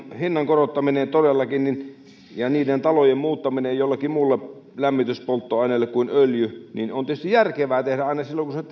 hinnan korottaminen ja niiden talojen muuttaminen jollekin muulle lämmityspolttoaineelle kuin öljy on tietysti järkevää tehdä aina silloin kun se